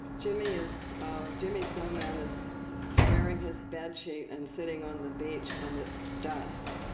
jimmy is jimmy snowman is wearing his bed sheet, and sitting on the beach, and it's dusk.